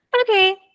okay